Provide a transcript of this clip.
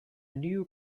new